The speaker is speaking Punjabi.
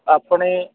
ਆਪਣੇ